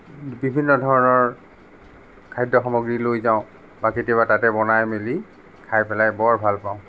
বিভিন্ন ধৰণৰ খাদ্যসামগ্ৰী লৈ যাওঁ বা তাতে কেতিয়াবা বনাই মেলি খাই পেলাই বৰ ভালপাওঁ